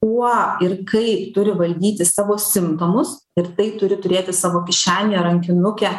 kuo ir kaip turi valdyti savo simptomus ir tai turi turėti savo kišenėje rankinuke